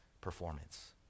performance